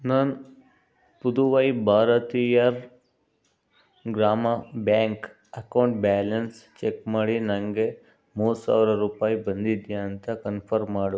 ನನ್ನ Puduvai Bharatiya Grama bank account balance check ಮಾಡಿ ನನ್ಗೆ ಮೂರು ಸಾವಿರ ರೂಪಾಯಿ ಬಂದಿದೆಯಾ ಅಂತ ಕನ್ಫರ್ಮ್ ಮಾಡು